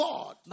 God